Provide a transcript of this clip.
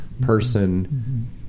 person